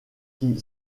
qui